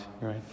right